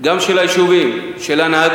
גם של היישובים, של ההנהגה